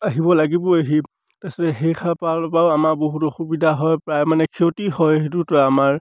আহিব লাগিবই সি তাৰপিছতে সেইষাৰ ফালৰপৰাও আমাৰ বহুত অসুবিধা হয় প্ৰায় মানে ক্ষতি হয় সেইটোতো আমাৰ